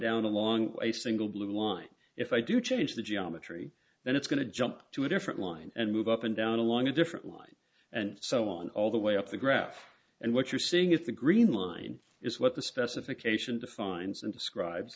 down along a single blue line if i do change the geometry then it's going to jump to a different line and move up and down along a different line and so on all the way up the graph and what you're seeing is the green line is what the specification defines and describes